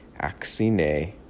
axine